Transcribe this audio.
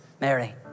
Mary